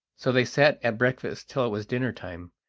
so they sat at breakfast till it was dinner-time,